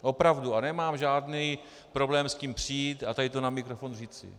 Opravdu a nemám žádný problém s tím přijít a tady to na mikrofon říci.